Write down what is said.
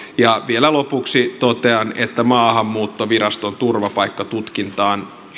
ja vielä lopuksi totean että maahanmuuttoviraston turvapaikkatutkintaan